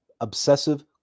obsessive